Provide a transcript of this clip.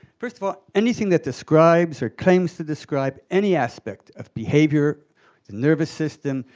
first of all, anything that describes or claims to describe any aspect of behavior, the nervous system,